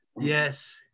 Yes